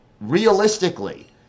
realistically